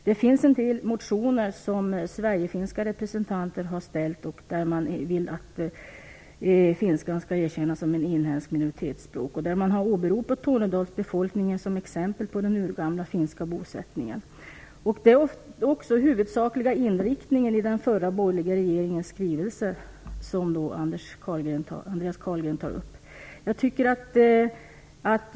Det finns en del motioner som sverigefinska representanter har väckt där man vill att finska skall erkännas som ett inhemskt minoritetsspråk. Man har där åberopat tornedalsbefolkningen som ett exempel på den urgamla finska bosättningen. Det var också den huvudsakliga inriktningen i den förra borgerliga regeringens skrivelse, som Andreas Carlgren berörde.